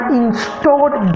installed